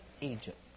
Egypt